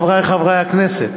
חברי חברי הכנסת,